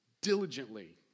diligently